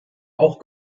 auch